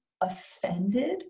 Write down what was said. offended